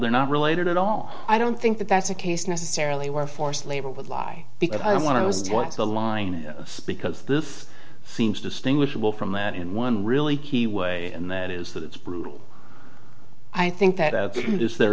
they're not related at all i don't think that that's the case necessarily where forced labor would lie because i want to know what the line because this seems distinguishable from that in one really key way and that is that it's brutal i think that of that is there